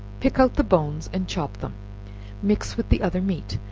pick out the bones and chop them mix with the other meat,